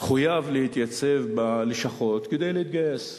חויב להתייצב בלשכות כדי להתגייס.